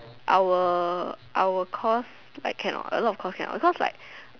our our course I cannot a lot of course cannot because like